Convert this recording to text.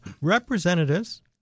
representatives